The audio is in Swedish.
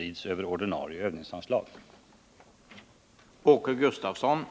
Vem betalar kostnaderna för här aktuella helikopterresor?